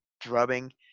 drubbing